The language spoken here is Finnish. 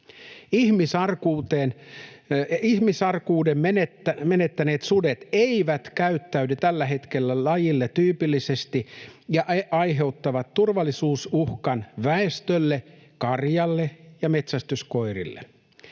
Ihmisarkuuden menettäneet sudet eivät käyttäydy tällä hetkellä lajille tyypillisesti ja aiheuttavat turvallisuusuhkan väestölle, karjalle ja metsästyskoirille,